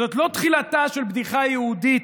זאת לא תחילתה של בדיחה יהודית,